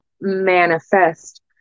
Manifest